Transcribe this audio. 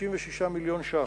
66 מיליון שקלים.